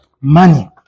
money